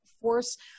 force